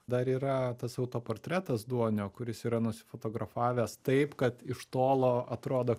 dar yra tas autoportretas duonio kur jis yra nusifotografavęs taip kad iš tolo atrodo